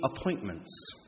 appointments